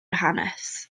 hanes